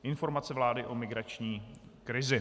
Informace vlády o migrační krizi.